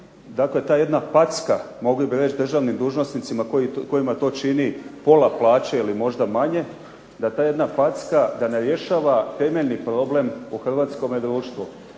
dakle ta jedna packa, mogli bi reći, državnim dužnosnicima kojima to čini pola plaće ili možda manje, da ta jedna packa da ne rješava temeljni problem u hrvatskome društvu.